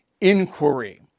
inquiry